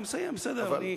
אני מסיים, בסדר.